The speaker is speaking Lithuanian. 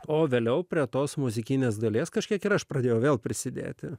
o vėliau prie tos muzikinės dalies kažkiek ir aš pradėjau vėl prisidėti